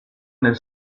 nel